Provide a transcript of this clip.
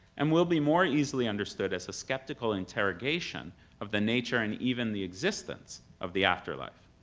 and will be more easily understood as a skeptical interrogation of the nature and even the existence of the afterlife.